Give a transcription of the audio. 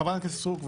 חברת הכנסת סטרוק,